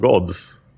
gods